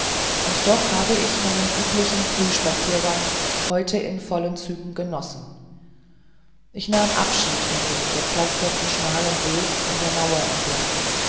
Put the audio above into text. und doch habe ich meinen üblichen frühspaziergang heute in vollen zügen genossen ich nahm abschied von dem gepflasterten schmalen weg an der mauer entlang